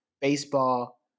baseball